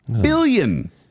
Billion